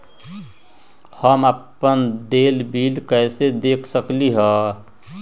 हम अपन देल बिल कैसे देख सकली ह?